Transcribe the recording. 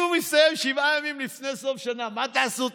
אם הוא מסתיים שבעה ימים לפני סוף שנה, מה תעשו?